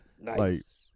Nice